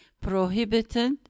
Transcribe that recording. prohibited